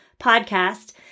podcast